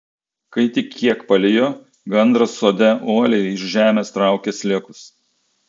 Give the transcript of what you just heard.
kai tik kiek palijo gandras sode uoliai iš žemės traukė sliekus